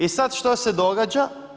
I sada što se događa?